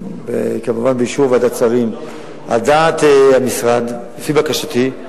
כמובן באישור ועדת שרים, על דעת המשרד, לפי בקשתי,